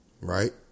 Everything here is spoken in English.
right